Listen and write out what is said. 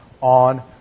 on